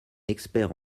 expert